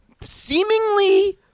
seemingly